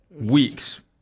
Weeks